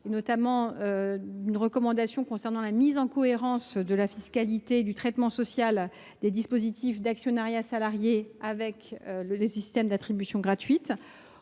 notamment une recommandation concernant la mise en cohérence de la fiscalité et du traitement social des dispositifs d’actionnariat salarié avec le système d’attribution d’actions